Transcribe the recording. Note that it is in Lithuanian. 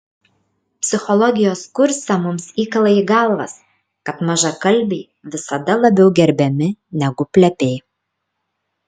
psichologijos kurse mums įkala į galvas kad mažakalbiai visada labiau gerbiami negu plepiai